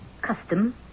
Custom